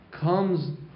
comes